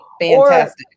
fantastic